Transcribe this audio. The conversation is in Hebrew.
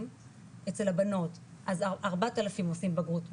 אצל הבנות אז 4,000 יוצאים בגרות מלאה,